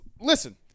listen